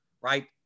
right